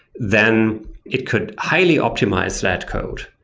then it could highly optimize that code.